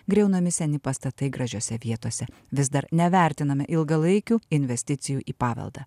griaunami seni pastatai gražiose vietose vis dar nevertiname ilgalaikių investicijų į paveldą